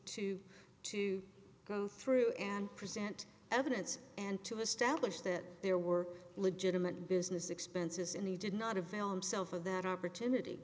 to to go through and present evidence and to establish that there were legitimate business expenses and he did not avail himself of that opportunity